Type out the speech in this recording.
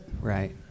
right